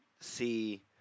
see